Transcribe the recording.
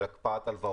של הקפאת הלוואות,